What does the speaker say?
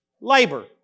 Labor